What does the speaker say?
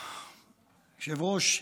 היושב-ראש,